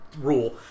rule